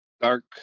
dark